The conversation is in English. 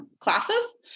classes